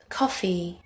coffee